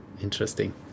Interesting